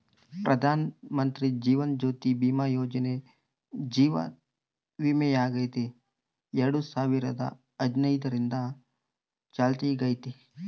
ಪ್ರಧಾನಮಂತ್ರಿ ಜೀವನ ಜ್ಯೋತಿ ಭೀಮಾ ಯೋಜನೆ ಜೀವ ವಿಮೆಯಾಗೆತೆ ಎರಡು ಸಾವಿರದ ಹದಿನೈದರಿಂದ ಚಾಲ್ತ್ಯಾಗೈತೆ